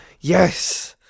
yes